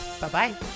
Bye-bye